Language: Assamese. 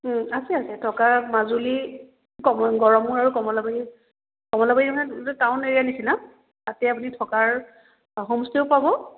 আছে আছে থকা মাজুলী গড়মূৰ আৰু কমলাবাৰী কমলাবাৰী মানে টাউন এৰিয়া নিচিনা তাতে আপুনি থকাৰ হোমষ্টেও পাব